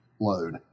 load